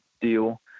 deal